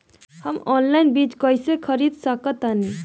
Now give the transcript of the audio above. हम ऑनलाइन बीज कईसे खरीद सकतानी?